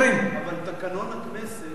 תקנון הכנסת,